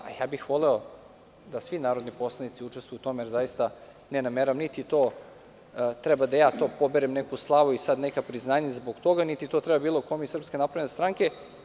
Voleo bih da svi narodni poslanici učestvuju u tome, jer zaista ne nameravam niti ja treba da poberem neku slavu i neka priznanja zbog toga, niti to treba bilo kome iz Srpske napredne stranke.